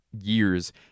years